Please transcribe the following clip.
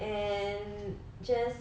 and just